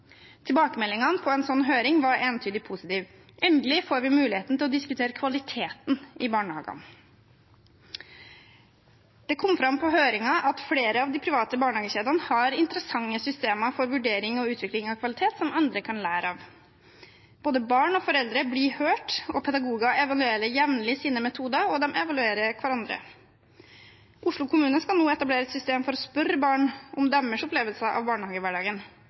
Tilbakemeldingene på en slik høring var entydig positive: Endelig får vi muligheten til å diskutere kvaliteten i barnehagene! Det kom fram på høringen at flere av de private barnehagekjedene har interessante systemer for vurdering og utvikling av kvalitet som andre kan lære av. Både barn og foreldre blir hørt, og pedagoger evaluerer jevnlig sine metoder, og de evaluerer hverandre. Oslo kommune skal nå etablere et system for å spørre barn om deres opplevelser av barnehagehverdagen.